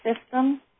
system